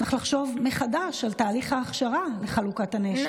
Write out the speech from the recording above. צריך לחשוב מחדש על תהליך ההכשרה לחלוקת הנשק.